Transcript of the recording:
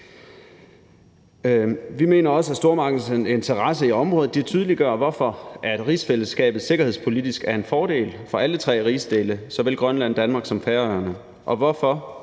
Vi mener også, at stormagternes interesse i området tydeliggør, hvorfor rigsfællesskabet sikkerhedspolitisk er en fordel for alle tre rigsdele, såvel Grønland, Danmark som Færøerne. Og hvorfor?